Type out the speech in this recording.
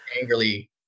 angrily